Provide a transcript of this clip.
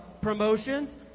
promotions